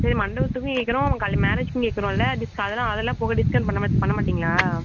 சரி மண்டபத்துக்கும் கேட்குறோம் கல் மேரேஜுக்கும் கேட்குறோம்ல டிஸ் அதெல்லாம் அதெல்லாம் போக டிஸ்கவுண்ட் பண்ணாமல் பண்ண மாட்டீங்களா